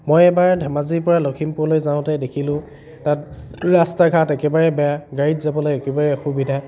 মই এইবাৰ ধেমাজিৰ পৰা লক্ষীমপুৰলৈ যাওঁতে দেখিলোঁ তাত ৰাস্তা ঘাট একেবাৰে বেয়া গাড়ীত যাবলৈ একেবাৰে অসুবিধা